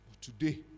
today